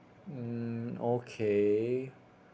mm okay